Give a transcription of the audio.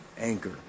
Anchor